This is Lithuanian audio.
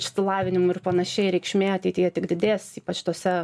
išsilavinimu ir panašiai reikšmė ateityje tik didės ypač tose